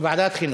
ועדת החינוך.